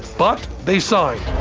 but, they signed.